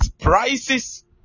prices